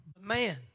man